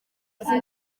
azi